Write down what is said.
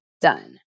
done